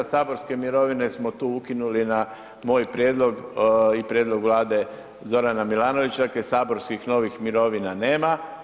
Saborske mirovine smo tu ukinuli na moj prijedlog i prijedlog vlade Zorana Milanovića, dakle saborskih novih mirovina nema.